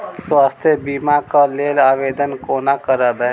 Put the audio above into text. स्वास्थ्य बीमा कऽ लेल आवेदन कोना करबै?